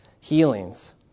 healings